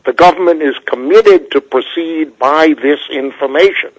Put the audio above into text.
the government is committed to proceed by this information